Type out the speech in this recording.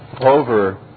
over